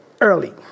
early